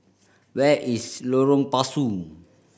where is Lorong Pasu